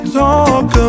talk